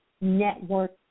Network